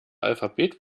alphabet